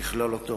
לכלול אותו,